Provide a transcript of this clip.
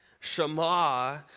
Shema